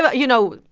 but you know,